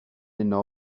uno